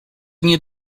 nie